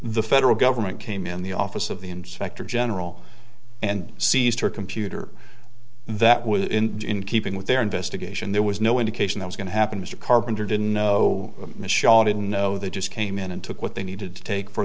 the federal government came in the office of the inspector general and seized her computer that was in keeping with their investigation there was no indication that is going to happen mr carpenter didn't know michelle didn't know they just came in and took what they needed to take for